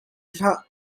hlah